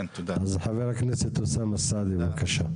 אז חבר הכנסת אוסאמה סעדי, בבקשה.